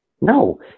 No